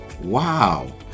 Wow